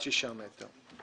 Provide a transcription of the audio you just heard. מעל שישה מטר.